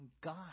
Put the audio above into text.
God